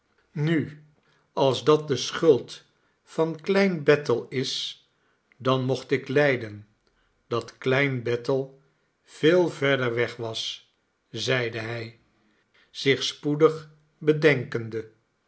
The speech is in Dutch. nu als dat de schuld van klein bethel is dan mocht ik lijden dat klein bethel veel verder weg was zeide hij zich spoedig bedenkende